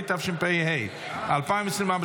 התשפ"ה 2024,